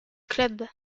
club